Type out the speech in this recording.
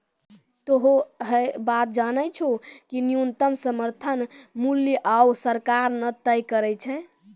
तोहों है बात जानै छौ कि न्यूनतम समर्थन मूल्य आबॅ सरकार न तय करै छै